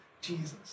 Jesus